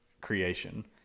creation